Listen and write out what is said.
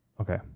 okay